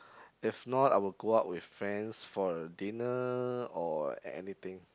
if not I would go out with friends for dinner or an~ anything